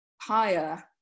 higher